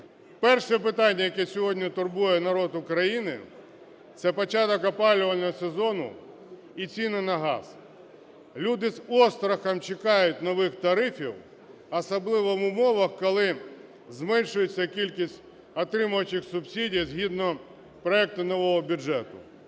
Перше питання, яке сьогодні турбує народ України – це початок опалювального сезону і ціни на газ. Люди з острахом чекають нових тарифів, особливо в умовах, коли зменшується кількість отримувачів субсидій згідно проекту нового бюджету.